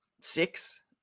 six